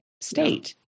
state